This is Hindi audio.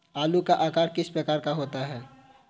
आलू का आकार किस प्रकार का होता है?